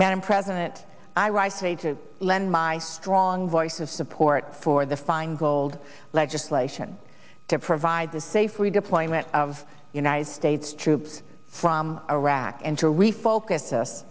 madam president i write say to lend my strong voice of support for the feingold legislation to provide the safe we deployment of united states troops from iraq and to refocus